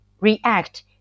react